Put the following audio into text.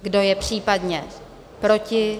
Kdo je případně proti?